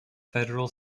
federal